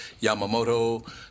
Yamamoto